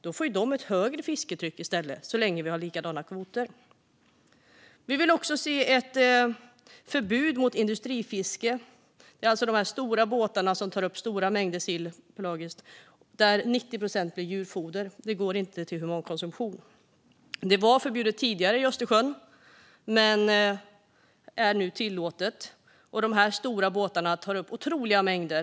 Så länge kvoterna är desamma får de ju ett högre fisketryck i stället. Vi vill också se ett förbud mot industrifiske. Det handlar alltså om de stora båtarna som tar upp stora mängder sill pelagiskt, varav 90 procent blir djurfoder och inte går till humankonsumtion. Det var förbjudet i Östersjön tidigare men är nu tillåtet. De här båtarna tar upp otroliga mängder.